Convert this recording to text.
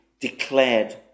declared